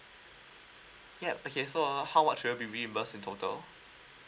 yup okay so uh how much will you be reimburse in total